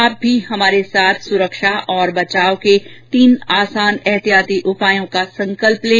आप भी हमारे साथ सुरक्षा और बचाव के तीन आसान एहतियाती उपायों का संकल्प लें